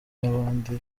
n’abandi